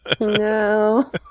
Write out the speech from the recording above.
No